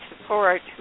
support